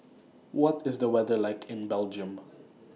What IS The weather like in Belgium